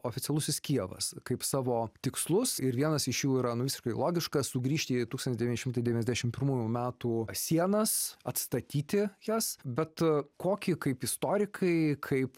oficialusis kijevas kaip savo tikslus ir vienas iš jų yra nu visiškai logiškas sugrįžti į tūkstantis devyni šitai devyniasdešimt pirmųjų metų sienas atstatyti jas bet kokį kaip istorikai kaip